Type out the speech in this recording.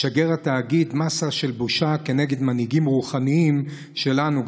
משגר התאגיד מסר של בושה נגד מנהיגים רוחניים שלנו,